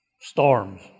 storms